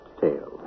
tale